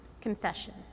confession